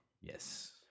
Yes